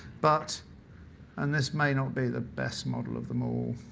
but and this may not be the best model of them all.